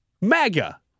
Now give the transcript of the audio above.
MAGA